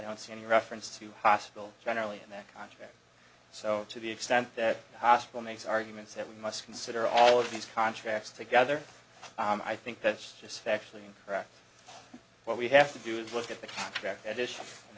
don't see any reference to hospital generally in their contract so to the extent that the hospital makes arguments that we must consider all of these contracts together i think that's just factually incorrect what we have to do is look at the fact that i